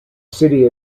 city